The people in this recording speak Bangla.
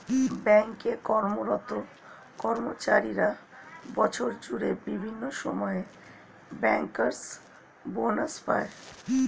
ব্যাঙ্ক এ কর্মরত কর্মচারীরা বছর জুড়ে বিভিন্ন সময়ে ব্যাংকার্স বনাস পায়